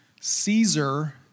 Caesar